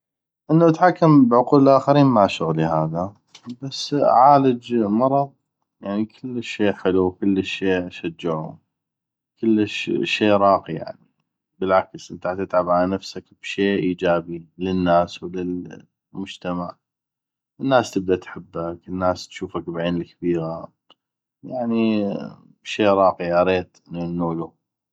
انو اتحكم بعقول الاخرين ما شغلي هذا بس اعالج مرض يعني كلش شي حلو وكلش شي اشجعو كلش شي راقي بالعكس انته عتتعب على نفسك بشي ايجابي للناس للمجتمع الناس تبدا تحبك الناس تشوفك بعين الكبيغة يعني شي راقي يا ريت انو ننولو